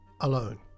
alone